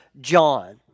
John